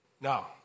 Now